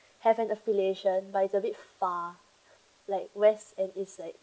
have an affiliation but it's a bit far like west and east site